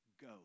go